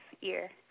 year